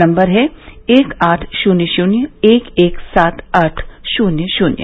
number है एक आठ शून्य शून्य एक एक सात आठ शून्य शून्य